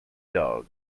dog